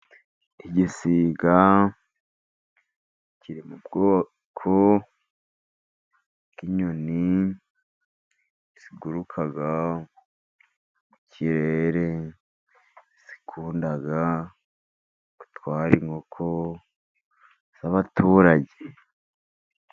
Igisiga kiri mu bwoko bw'inyoni ziguruka mu kirere zikunda gutwara inkoko z'abaturage.